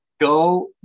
Go